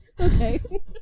Okay